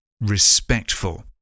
Respectful